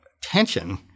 tension